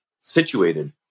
situated